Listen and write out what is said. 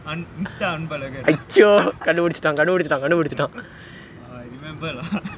un~ mister anbalagan I remember lah